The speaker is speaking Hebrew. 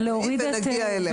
תכף נגיע אליה.